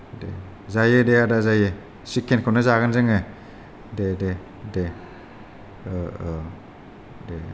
दे जायो दे आदा जायो सिकेनखौनो जागोन जोङो देदे दे दे